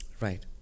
Right